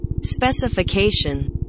Specification